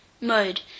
Mode